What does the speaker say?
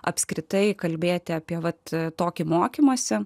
apskritai kalbėti apie vat tokį mokymąsi